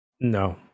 No